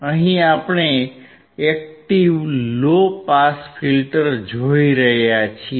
અહિં આપણે active low pass filter જોઇ રહ્યા છીએ